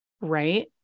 right